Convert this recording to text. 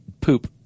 poop